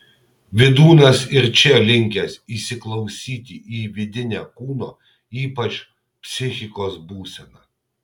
vydūnas ir čia linkęs įsiklausyti į vidinę kūno ypač psichikos būseną